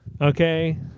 okay